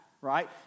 right